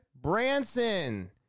Branson